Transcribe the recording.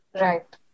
Right